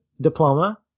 diploma